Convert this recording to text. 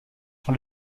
sur